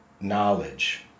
knowledge